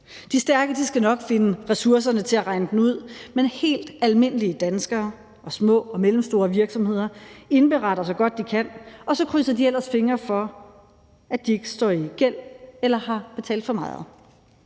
De stærke skal nok finde ressourcerne til at regne den ud, men helt almindelige danskere og små og mellemstore virksomheder indberetter, så godt de kan, og så krydser de ellers fingre for, at de ikke står i gæld eller har betalt for meget.